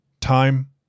Time